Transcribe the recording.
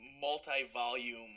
multi-volume